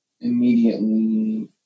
immediately